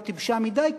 לא טיפשה מדי,